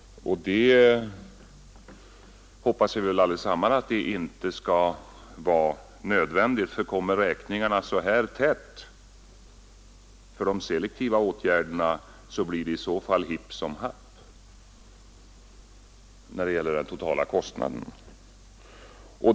Och vi hoppas väl allesammans att det inte skall vara nödvändigt, för om räkningarna på de selektiva åtgärderna kommer så tätt blir det hipp som happ när det gäller den totala kostnaden.